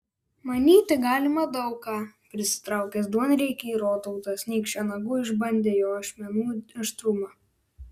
manyti galima daug ką prisitraukęs duonriekį rotautas nykščio nagu išbandė jo ašmenų aštrumą